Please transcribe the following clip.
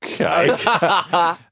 okay